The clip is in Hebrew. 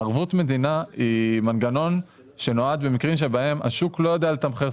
ערבות מדינה היא מנגנון שנועד במקרים שבהם השוק לא יודע לתמחר סיכון.